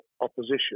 opposition